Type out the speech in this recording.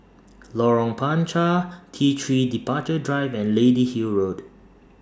Lorong Panchar T three Departure Drive and Lady Hill Road